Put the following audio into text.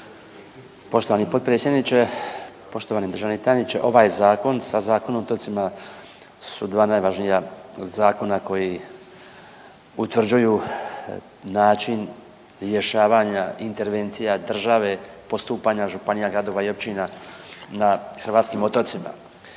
Poštovani potpredsjedniče, poštovani državni tajniče. Ovaj zakon sa Zakonom o otocima su dva najvažnija zakona koji utvrđuju način rješavanja intervencija države, postupanja županija, gradova i općina na hrvatskim otocima.